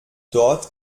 dort